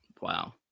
Wow